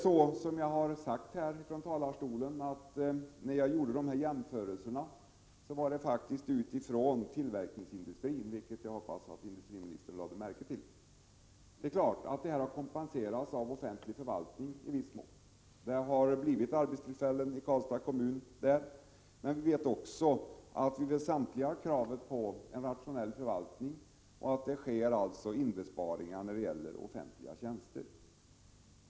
Som jag redan sagt från talarstolen gällde de jämförelser jag gjorde faktiskt tillverkningsindustrin, vilket jag hoppas industriministern lade märke till. Bortfallet kompenseras naturligtvis av offentlig förvaltning i viss mån, och det har gett arbetstillfällen i Karlstads kommun. Men vi vet också att samtliga ställer krav på rationell förvaltning och att det görs besparingar när det gäller offentliga tjänster.